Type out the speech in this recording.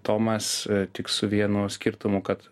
tomas tik su vienu skirtumu kad